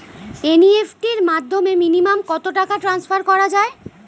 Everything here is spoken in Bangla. এন.ই.এফ.টি র মাধ্যমে মিনিমাম কত টাকা টান্সফার করা যায়?